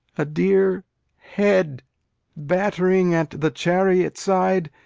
a dear head battering at the chariot side,